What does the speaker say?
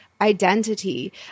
identity